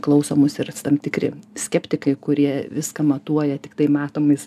klauso mus ir tam tikri skeptikai kurie viską matuoja tiktai matomais